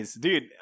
dude